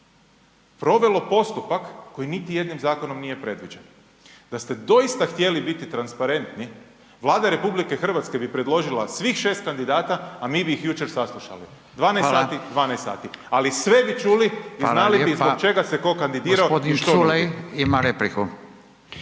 provelo postupak koji niti jednom zakonom nije predviđen. Da ste doista htjeli biti transparentni, Vlada RH bi predložila svih 6 kandidata, a mi bi ih jučer saslušali, 12 sati, 12 sati, ali sve bi …/Upadica: Hvala./… čuli i znali zbog čega se tko kandidirao …/Upadica: Hvala